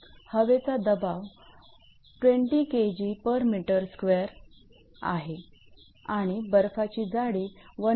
हवेचा दबाव 20 𝐾𝑔𝑚2 आहे आणि बर्फाची जाडी 1